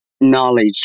knowledge